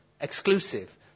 exclusive